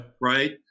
right